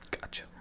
Gotcha